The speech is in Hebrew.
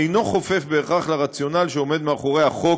אינו חופף בהכרח את רציונל שעומד מאחורי החוק,